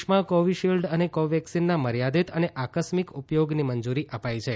દેશમાં કોવિશિલ્ડ અને કો વેક્સિનમાં મર્યાદિત અને આકસ્મિક ઉપયોગની મંજૂરી અપાઈ છે